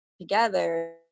together